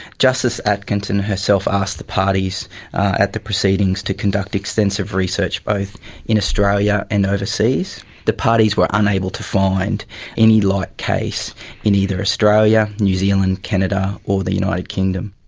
justice atkinson herself asked the parties at the proceedings to conduct extensive research both in australia and overseas. the parties were unable to find any like case in either australia, new zealand, canada or the united kingdom.